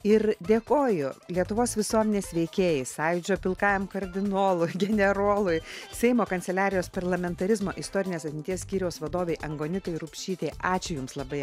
ir dėkoju lietuvos visuomenės veikėjai sąjūdžio pilkajam kardinolui generolui seimo kanceliarijos parlamentarizmo istorinės atminties skyriaus vadovei angonitai rupšytei ačiū jums labai